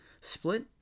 split